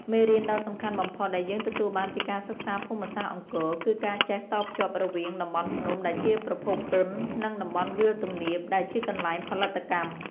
មេរៀនដ៏សំខាន់បំផុតដែលយើងទទួលបានពីការសិក្សាភូមិសាស្ត្រអង្គរ គឺការចេះតភ្ជាប់រវាង តំបន់ភ្នំដែលជាប្រភពទុន និង តំបន់វាលទំនាបដែលជាកន្លែងផលិតកម្ម។